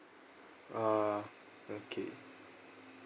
ah okay